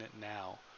now